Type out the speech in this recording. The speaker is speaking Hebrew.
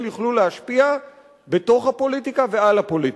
יוכלו להשפיע בתוך הפוליטיקה ועל הפוליטיקה.